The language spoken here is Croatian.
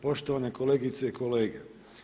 Poštovane kolegice i kolege.